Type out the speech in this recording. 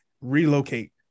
relocate